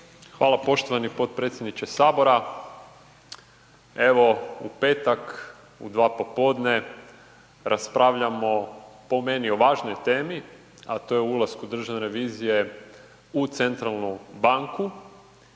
Hvala poštovani potpredsjedniče Sabora. Evo u petak u 2 popodne raspravljamo po meni o važnoj temi a to je o ulasku Državne revizije u centralnu banku